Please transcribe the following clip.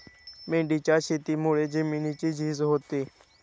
मेंढीच्या शेतीमुळे जमिनीची झीज होते